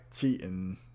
cheating